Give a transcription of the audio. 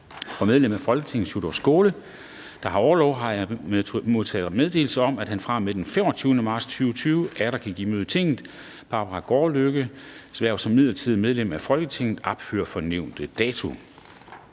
Fra medlem af Folketinget Sjúrður Skaale (JF), der har orlov, har jeg modtaget meddelelse om, at han fra og med den 25. marts 2020 atter kan give møde i Tinget. Barbara Gaardlykke Apols hverv som midlertidigt medlem af Folketinget ophører fra nævnte dato